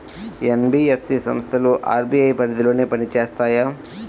NBFC సంస్థలు RBI పరిధిలోనే పని చేస్తాయా?